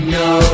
no